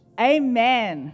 amen